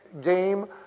game